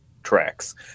tracks